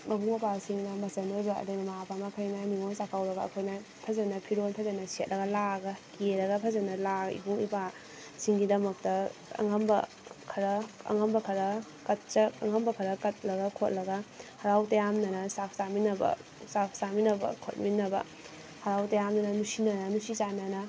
ꯃꯕꯨꯡ ꯃꯧꯄ꯭ꯋꯥꯁꯤꯡꯅ ꯃꯆꯜ ꯑꯣꯏꯕ ꯑꯗꯩ ꯃꯃꯥ ꯃꯄꯥ ꯃꯈꯩꯅ ꯅꯤꯡꯉꯣꯜ ꯆꯥꯛꯀꯧꯔꯒ ꯑꯩꯈꯣꯏꯅ ꯐꯖꯅ ꯐꯤꯔꯣꯜ ꯐꯖꯅ ꯁꯦꯠꯂꯒ ꯂꯥꯛꯑꯒ ꯀꯦꯔꯒ ꯐꯖꯅ ꯂꯥꯛꯑꯒ ꯏꯕꯨꯡ ꯏꯄ꯭ꯋꯥꯁꯤꯡꯒꯤꯗꯃꯛꯇ ꯑꯉꯝꯕ ꯈꯔ ꯑꯉꯝꯕ ꯈꯔ ꯀꯠꯆ ꯑꯉꯝꯕ ꯈꯔ ꯀꯠꯂꯒ ꯈꯣꯠꯂꯒ ꯍꯔꯥꯎ ꯇꯌꯥꯝꯗꯅ ꯆꯥꯛ ꯆꯥꯃꯤꯟꯅꯕ ꯆꯥꯛ ꯆꯥꯃꯤꯟꯅꯕ ꯈꯣꯠꯃꯤꯟꯅꯕ ꯍꯔꯥꯎ ꯇꯌꯥꯝꯅ ꯅꯨꯡꯁꯤꯅꯅ ꯅꯨꯡꯁꯤ ꯆꯥꯟꯅꯅ